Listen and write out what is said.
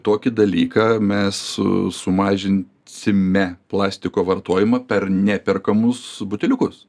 tokį dalyką mes sumažinsime plastiko vartojimą per neperkamus buteliukus